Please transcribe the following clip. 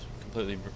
completely